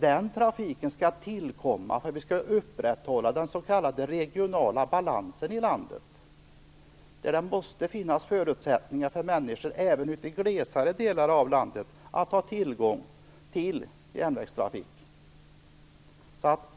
Den trafiken tillkommer för att den regionala balansen i landet skall upprätthållas, eftersom det måste finnas förutsättningar även för människor i glesbygder att ha tillgång till järnvägstrafik.